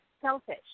selfish